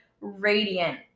radiant